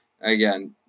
again